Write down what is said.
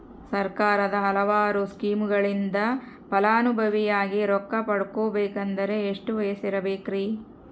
ಸರ್ಕಾರದ ಹಲವಾರು ಸ್ಕೇಮುಗಳಿಂದ ಫಲಾನುಭವಿಯಾಗಿ ರೊಕ್ಕ ಪಡಕೊಬೇಕಂದರೆ ಎಷ್ಟು ವಯಸ್ಸಿರಬೇಕ್ರಿ?